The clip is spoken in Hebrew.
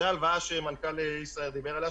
זאת ההלוואה שמנכ"ל ישראייר דיבר עליה,